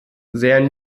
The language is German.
sehr